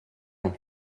him